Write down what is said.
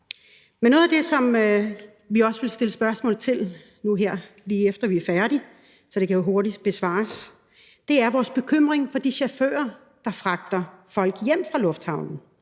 noget af det, som vi også vil stille spørgsmål til, nu her lige efter vi er færdige – så det kan hurtigt besvares – handler om vores bekymring for de chauffører, der fragter folk hjem fra lufthavnen.